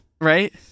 Right